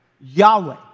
Yahweh